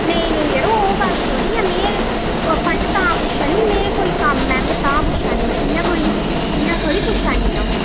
नेईं नेईं जरो ओह् गल्ल थोह्ड़ी ऐ में ओह् फंड तां पुच्छा निं में कोई कम्म ऐ में तां पुच्छै नी इ'यां कोई इ'यां थोह्ड़ी पुच्छा नी अ'ऊं